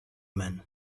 man